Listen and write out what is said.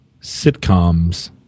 sitcoms